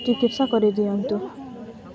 ଚିକିତ୍ସା କରିଦିଅନ୍ତୁ